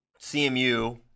CMU